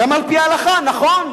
גם על-פי ההלכה, נכון.